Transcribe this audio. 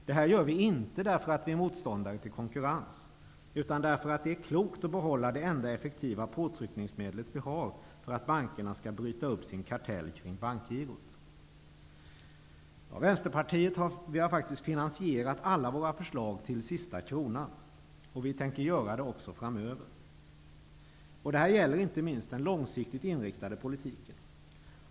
Detta gör vi inte för att vi är motståndare till konkurrens, utan därför att det är klokt att behålla det enda effektiva påtryckningsmedlet som finns för att bankerna skall bryta upp sin kartell kring Vi i Vänsterpartiet har faktiskt finansierat alla våra förslag till sista kronan, och vi tänker göra det också framöver. Detta gäller inte minst den långsiktigt inriktade politiken.